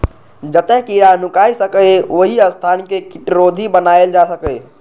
जतय कीड़ा नुकाय सकैए, ओहि स्थान कें कीटरोधी बनाएल जा सकैए